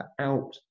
out